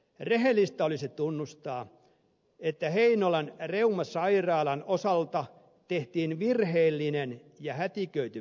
rehellistä olisi tunnustaa että heinolan reumasairaalan osalta tehtiin virheellinen ja hätiköity päätös